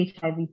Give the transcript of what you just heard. HIV